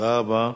תודה רבה.